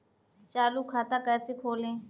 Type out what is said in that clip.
चालू खाता कैसे खोलें?